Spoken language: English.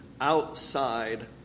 outside